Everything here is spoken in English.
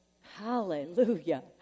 Hallelujah